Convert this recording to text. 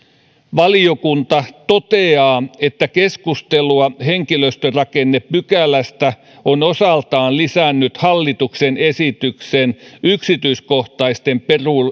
valiokunta toteaa että keskustelua henkilöstörakennepykälästä on osaltaan lisännyt hallituksen esityksen yksityiskohtaisten